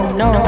no